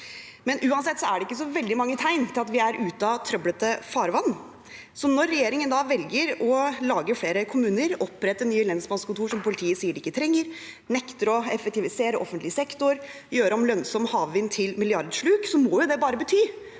Uansett er det ikke så veldig mange tegn til at vi er ute av trøblete farvann. Når regjeringen da velger å lage flere kommuner, opprette nye lensmannskontor som politiet sier de ikke trenger, nekte å effektivisere offentlig sektor, og gjøre om lønnsom havvind til milliardsluk, må jo det bare bety